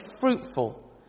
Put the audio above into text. fruitful